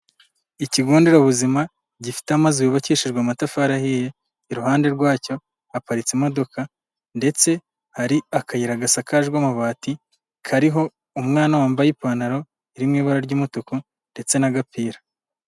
Ikigo nderabuzima gifite amazi yubakishijwe amatafari ahiye, iruhande rwacyo haparitse imodoka ndetse hari akayira gasakajwe amabati kariho umwana wambaye ipantaro iri mu ibara ry'umutuku, ndetse nagapira.